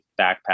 backpack